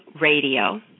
Radio